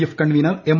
F convener M